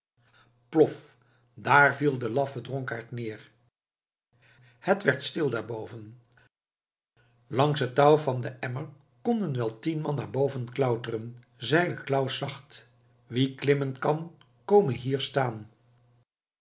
plof daar viel de laffe dronkaard neer het werd stil daar boven langs het touw van den emmer konden wel tien man naar boven klauteren zeide claus zacht wie klimmen kan kome hier staan